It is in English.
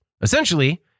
Essentially